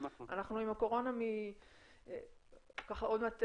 אנחנו עם הקורונה עוד מעט,